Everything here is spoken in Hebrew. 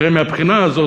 מהבחינה הזאת,